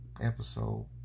episode